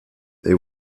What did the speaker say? they